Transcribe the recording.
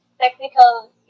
technical